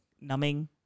numbing